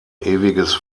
ewiges